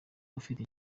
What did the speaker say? ufite